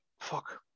fuck